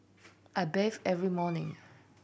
I bathe every morning